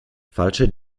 falsche